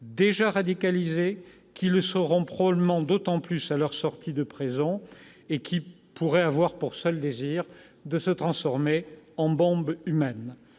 déjà radicalisées, qui le seront probablement d'autant plus à leur sortie de prison, et qui pourraient avoir pour seul désir de se transformer en bombes humaines